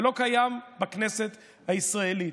זה לא קיים בכנסת הישראלית.